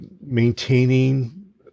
maintaining